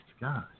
God